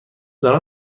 دارم